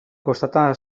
kostata